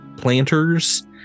planters